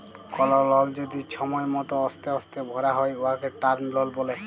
call লল যদি ছময় মত অস্তে অস্তে ভ্যরা হ্যয় উয়াকে টার্ম লল ব্যলে